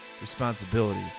responsibility